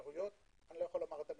אפשרויות אני לא יכול לומר את המספרים.